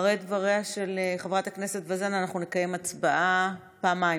אחרי דבריה של חברת הכנסת וזאן נקיים הצבעה פעמיים,